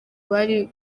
bari